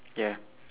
ya